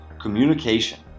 Communication